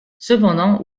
cependant